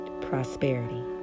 prosperity